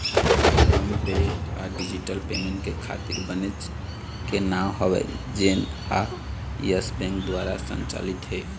phone पे ह digital payment के खातिर बनेच के नांव हवय जेनहा यस बेंक दुवार संचालित हे